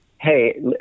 Hey